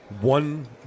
one